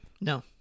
No